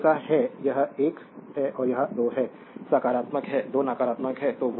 तो यह ध्रुवीयता है यह 1 है और यह 2 है 1 सकारात्मक है 2 नकारात्मक है